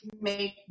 make